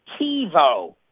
TiVo